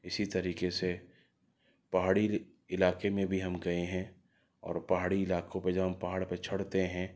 اسی طریقے سے پہاڑی علاقے میں بھی ہم گئے ہیں اور پہاڑی علاقوں پہ جب ہم پہاڑ پہ چڑھتے ہیں